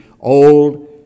old